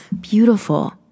Beautiful